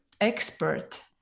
expert